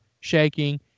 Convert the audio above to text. shaking